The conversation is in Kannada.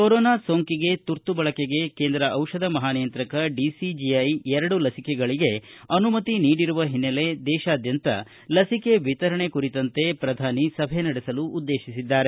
ಕೊರೋನಾ ಸೋಂಕಿಗೆ ತುರ್ತು ಬಳಕೆಗೆ ಕೇಂದ್ರ ದಿಷಧ ಮಹಾನಿಯಂತ್ರಕ ಡಿಸಿಜಿಐ ಎರಡು ಲಸಿಕೆಗಳಿಗೆ ಅನುಮತಿ ನೀಡಿರುವ ಹಿನ್ನೆಲೆ ದೇಶಾದ್ದಂತ ಲಸಿಕೆಯ ವಿತರಣೆ ಕುರಿತಂತೆ ಸಭೆ ನಡೆಸಲು ಉದ್ದೇಶಿಸಿದ್ದಾರೆ